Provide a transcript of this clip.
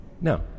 No